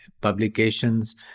publications